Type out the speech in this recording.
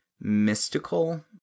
mystical